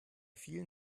vielen